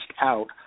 out